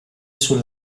sul